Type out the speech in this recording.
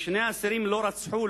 שני אסירים לא רצחו,